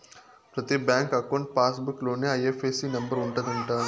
ప్రతి bank account passbook లోనే IFSC number ఉంటది అంట